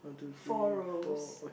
four rows